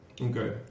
Okay